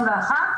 2021?